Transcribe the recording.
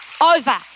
over